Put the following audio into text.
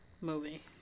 movie